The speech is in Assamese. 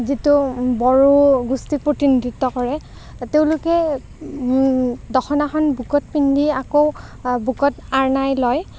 যিটো বড়ো গোষ্ঠীক প্ৰতিনিধিত্ব কৰে তেওঁলোকে দখনাখন বুকুত পিন্ধি আকৌ বুকুত আৰনাই লয়